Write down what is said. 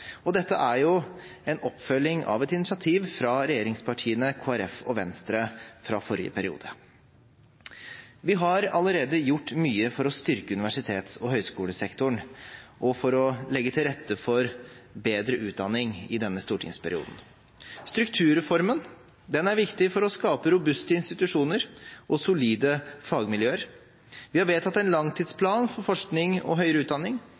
behandle. Dette er jo en oppfølging av et initiativ fra regjeringspartiene, Kristelig Folkeparti og Venstre i forrige periode. Vi har allerede gjort mye for å styrke universitets- og høyskolesektoren og for å legge til rette for bedre utdanning i denne stortingsperioden. Strukturreformen er viktig for å skape robuste institusjoner og solide fagmiljøer. Vi har vedtatt en langtidsplan for forskning og høyere utdanning,